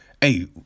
hey